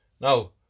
now